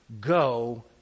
Go